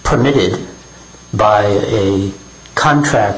permitted by contract